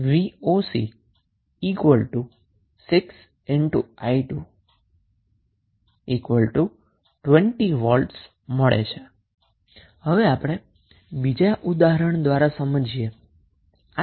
હવે Vx voc 6i2 20V હવે આપણે બીજુ ઉદાહરણ જોઇએ